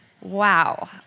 Wow